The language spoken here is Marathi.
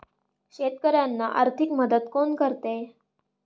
शेतकऱ्यांना आर्थिक मदत कोण करते?